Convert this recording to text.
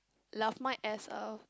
love my ass oh